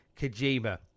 Kojima